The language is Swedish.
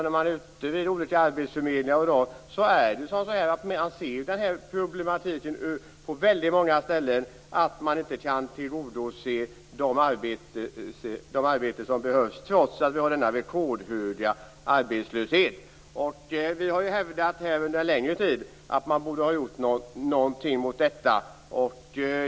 När man besöker olika arbetsförmedlingar ser man denna problematik på väldigt många ställen, nämligen att man inte kan tillsätta de arbeten som behövs trots att arbetslösheten är rekordhög. Vi har under en längre tid hävdat att man borde ha gjort något åt detta.